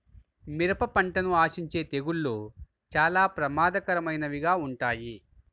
మిరప పంటను ఆశించే తెగుళ్ళు చాలా ప్రమాదకరమైనవిగా ఉంటాయి